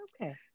okay